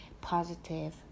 positive